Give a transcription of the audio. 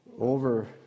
over